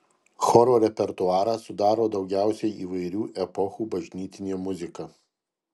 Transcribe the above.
choro repertuarą sudaro daugiausiai įvairių epochų bažnytinė muzika